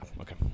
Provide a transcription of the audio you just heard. Okay